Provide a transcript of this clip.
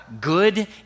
good